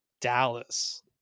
Dallas